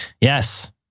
Yes